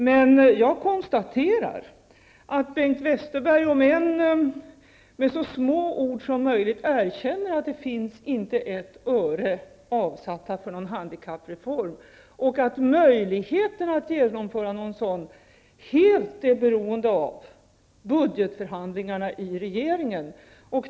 Men jag konstaterar att Bengt Westerberg, låt vara med så små ord som möjligt, erkänner att det inte finns ett öre avsatt för en handikappreform och att möjligheterna att genomföra någon sådan helt är beroende av budgetförhandlingarna inom regeringen.